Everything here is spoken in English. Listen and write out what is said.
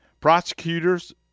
prosecutors